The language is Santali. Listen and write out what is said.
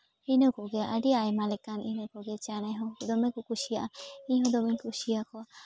ᱤᱱᱟᱹ ᱠᱚᱜᱮ ᱟᱹᱰᱤ ᱟᱭᱢᱟ ᱞᱮᱠᱟᱱ ᱤᱱᱟᱹ ᱠᱚᱜᱮ ᱪᱮᱬᱮ ᱦᱚᱸ ᱫᱚᱢᱮ ᱠᱚ ᱠᱩᱥᱤᱭᱟᱜᱼᱟ ᱤᱧ ᱦᱚᱸ ᱫᱚᱢᱮᱧ ᱠᱩᱥᱤᱭᱟᱠᱚᱣᱟ